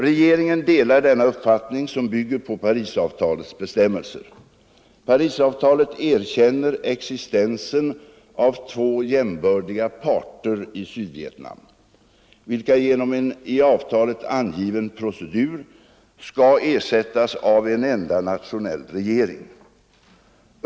Regeringen delar denna uppfattning, som bygger på Parisavtalets bestämmelser. Parisavtalet erkänner existensen av två jämbördiga parter i Sydvietnam, vilka genom en i avtalet angiven procedur skall ersättas av en enda nationell regering.